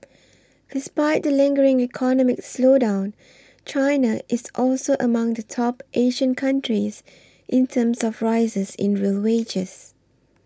despite the lingering economic slowdown China is also among the top Asian countries in terms of rises in real wages